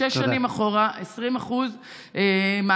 שש שנים אחורה, 20% מס.